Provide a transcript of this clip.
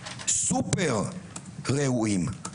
סופר ראויים.